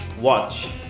Watch